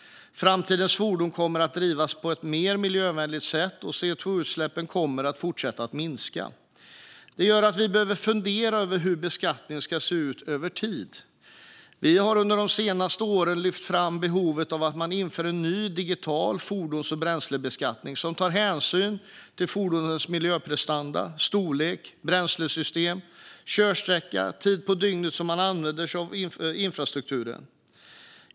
Framtidens fordon kommer att drivas på ett mer miljövänligt sätt, och CO2-utsläppen kommer att fortsätta att minska. Detta gör att vi behöver fundera över hur beskattningen ska se ut över tid. Vi har under de senaste åren lyft fram behovet av en ny digital fordons och bränslebeskattning som tar hänsyn till fordonens miljöprestanda, storlek, bränslesystem, körsträcka och vilken tid på dygnet man använder sig av infrastrukturen.